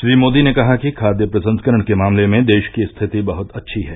श्री मोदी ने कहा कि खाद्य प्रसंस्करण के मामले में देश की स्थिति बहुत अच्छी है